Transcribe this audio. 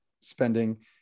spending